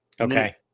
okay